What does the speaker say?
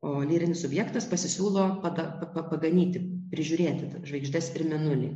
o lyrinis subjektas pasisiūlo pada paganyti prižiūrėti žvaigždes ir mėnulį